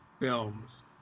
films